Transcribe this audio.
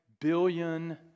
billion